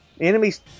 enemies